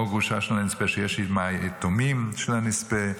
או גרושה של הנספה שיש עימה יתומים של הנספה,